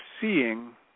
seeing